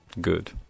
good